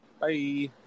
Bye